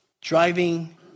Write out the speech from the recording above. driving